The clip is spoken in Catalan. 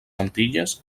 antilles